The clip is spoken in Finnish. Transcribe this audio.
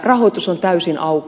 rahoitus on täysin auki